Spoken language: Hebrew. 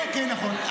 אוקיי, נכון.